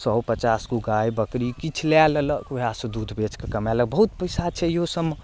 सए पचासगो गाय बकरी किछु लए लेलक ओएहसँ दूध बेच कऽ कमेलक बहुत पैसा छै एहियो सबमे